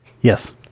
Yes